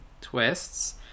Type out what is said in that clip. twists